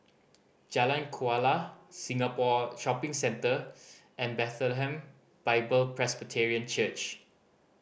Jalan Kuala Singapore Shopping Centre and Bethlehem Bible Presbyterian Church